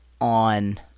on